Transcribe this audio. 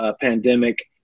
pandemic